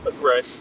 Right